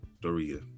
Doria